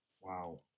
wow